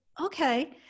okay